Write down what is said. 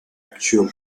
actual